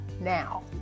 now